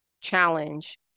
challenge